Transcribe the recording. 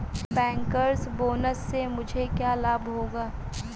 Bankers bonus से मुझे क्या लाभ होगा?